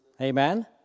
Amen